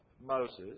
Moses